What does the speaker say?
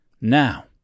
Now